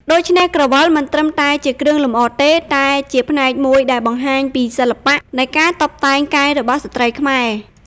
ដូច្នេះ ក្រវិលមិនត្រឹមតែជាគ្រឿងលម្អទេ តែជាផ្នែកមួយដែលបង្ហាញពីសិល្បៈនៃការតុបតែងកាយរបស់ស្ត្រីខ្មែរ។